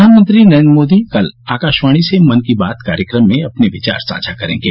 प्रधानमंत्री नरेन्द्र मोदी कल आकाशवाणी से मन की बात कार्यक्रम में अपने विचार साझा करेंगे